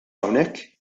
hawnhekk